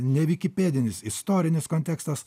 nevikipedinis istorinis kontekstas